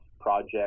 project